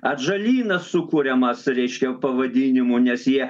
atžalynas sukuriamas reiškia pavadinimu nes jie